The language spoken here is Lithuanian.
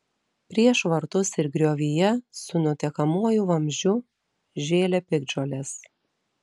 prieš vartus ir griovyje su nutekamuoju vamzdžiu žėlė piktžolės